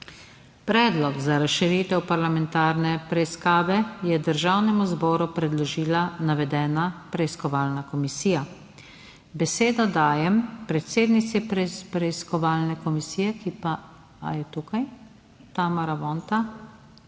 Predlog za razširitev parlamentarne preiskave je Državnemu zboru predložila navedena preiskovalna komisija. Besedo dajem predsednici preiskovalne komisije, ki pa.. Ali je tukaj? Tamara Vonta,